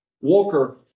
walker